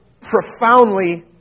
profoundly